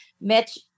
Mitch